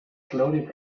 slowly